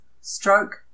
stroke